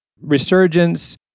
resurgence